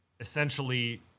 Essentially